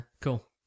cool